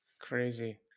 Crazy